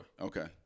Okay